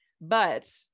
but-